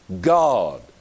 God